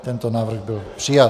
Tento návrh byl přijat.